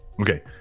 Okay